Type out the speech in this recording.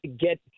get